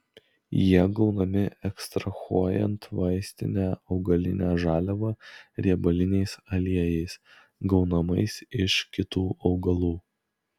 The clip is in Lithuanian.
jie gaunami ekstrahuojant vaistinę augalinę žaliavą riebaliniais aliejais gaunamais iš kitų augalų